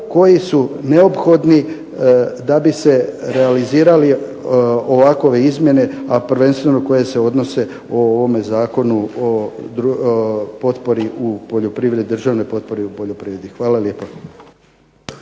koji su neophodni da bi se realizirale ovakve izmjene, a prvenstveno koje se odnose o ovome Zakonu o državnoj potpori u poljoprivredi. Hvala lijepa.